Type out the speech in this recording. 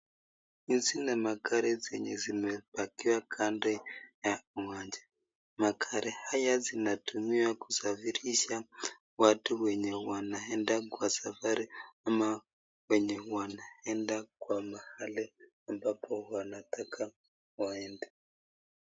Hizi ni magari zenye zimepakiwa kando ya uwanja. Magari haya zinatumiwa kusafirisha watu wenye wanaenda kwa safari ama wenye wanaenda kwa mahali ambapo wanataka waende.